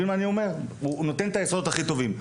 הוא נותן את היסודות הכי טובים.